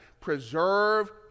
Preserve